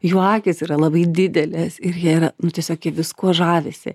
jų akys yra labai didelės ir jie yra nu tiesiog jie viskuo žavisi